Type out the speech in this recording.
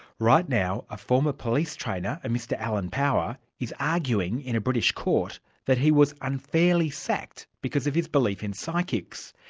right now, a former police trainer, a mr alan power, is arguing in a british court that he was unfairly sacked because of his belief in psychics!